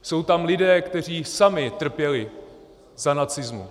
Jsou tam lidé, kteří sami trpěli za nacismu.